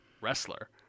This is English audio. wrestler